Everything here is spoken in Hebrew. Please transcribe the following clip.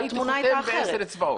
הייתי חותם בעשר אצבעות.